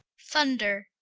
thunder.